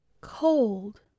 Cold